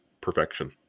perfection